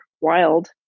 wild